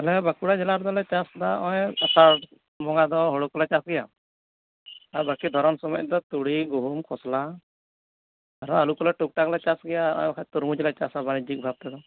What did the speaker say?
ᱟᱞᱮ ᱵᱟᱸᱠᱩᱲᱟ ᱡᱮᱞᱟ ᱨᱮᱫᱚ ᱞᱮ ᱪᱟᱥᱮᱫᱟ ᱦᱚᱜ ᱚᱭ ᱟᱥᱟᱲ ᱵᱚᱸᱜᱟ ᱫᱚ ᱦᱳᱲᱳ ᱠᱚᱞᱮ ᱪᱟᱥ ᱜᱮᱭᱟ ᱟᱨ ᱵᱟᱹᱠᱤ ᱫᱷᱚᱨᱚᱱ ᱥᱳᱢᱚᱭ ᱫᱚ ᱛᱩᱲᱤ ᱜᱩᱦᱩᱢ ᱠᱷᱚᱥᱞᱟ ᱟᱨᱦᱚᱸ ᱟᱹᱞᱩ ᱠᱚᱞᱮ ᱴᱩᱠᱴᱟᱠ ᱞᱮ ᱪᱟᱥ ᱜᱮᱭᱟ ᱱᱚᱜ ᱚᱭ ᱵᱟᱠᱷᱟᱡ ᱛᱩᱨᱢᱩᱡᱽ ᱞᱮ ᱪᱟᱥᱟ ᱵᱟᱭᱡᱤᱠ ᱵᱷᱟᱵ ᱛᱮᱫᱚ